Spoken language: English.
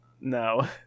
No